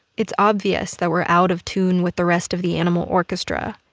it's obvious that we're out of tune with the rest of the animal orchestra.